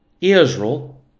Israel